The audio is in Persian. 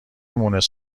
مونس